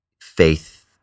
faith